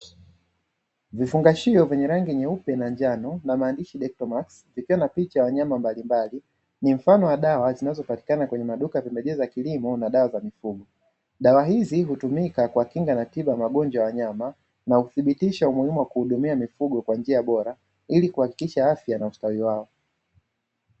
Vifungashio vyenye rangi nyeupe na kijani , vikiwa na maandishi dentalmax , vikiwa na picha za wanyama mbalimbali ni mfano wa dawa zinazopatikana katika maduka ya pembejeo na dawa za mifugo, dawa hizi hutumika kuwakinga na magonjwa ya wanyama na kudhibitisha umuhimu wa kuwahudumia mifugo kwa njia bora , ili kuhakikisha afya na ustawi wao